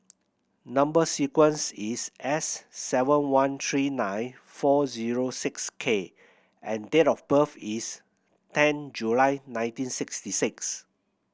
number sequence is S seven one three nine four zero six K and date of birth is ten July nineteen sixty six